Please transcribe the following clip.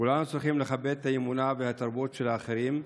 כולנו צריכים לכבד את האמונה ואת התרבות של האחרים,